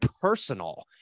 personal